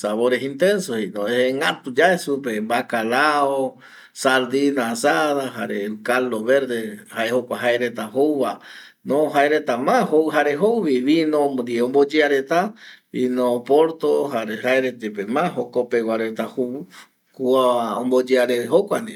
sabores intenso jeiko jegätuyae supe vacalao, sardina asada jare caldo verde jae jokua jaereta jouvano jare jaereta ma jou jare jouvi vino ndie omboyea reta vino oporto jare jaereta yepe ma jokopegua reta jou kua omboyea reve jokua ndie